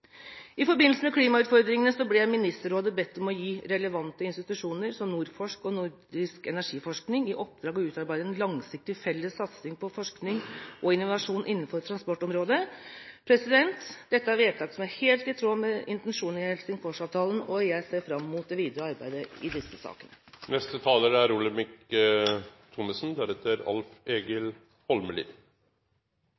I forbindelse med klimautfordringene ble Ministerrådet bedt om å gi relevante institusjoner som NordForsk og Nordisk energiforskning i oppdrag å utarbeide en langsiktig, felles satsing på forskning og innovasjon innenfor transportområdet. Dette er vedtak som er helt i tråd med intensjonen i Helsingforsavtalen, og jeg ser fram mot det videre arbeidet i disse sakene. Mange har påpekt at det er